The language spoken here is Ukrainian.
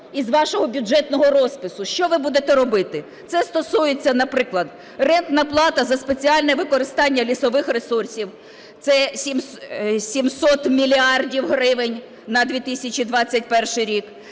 із вашого бюджетного розпису. Що ви будете робити? Це стосується, наприклад, рентна плата за спеціальне використання лісових ресурсів – це 700 мільярдів гривень на 2021 рік…